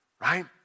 Right